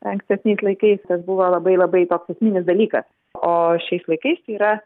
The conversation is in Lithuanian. ankstesniais laikais tas buvo labai labai toks esminis dalykas o šiais laikais tai yra